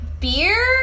Beer